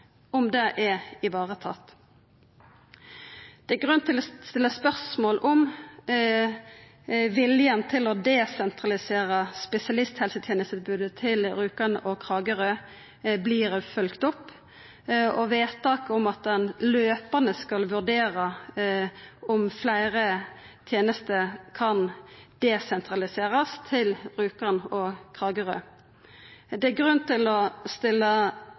om viljen til å desentralisera spesialisthelsetenestetilbodet til Rjukan og Kragerø vert følgd opp, og om vedtaket om at ein løpande skal vurdera om fleire tenester kan desentraliserast til Rjukan og Kragerø. Det er grunn til å stilla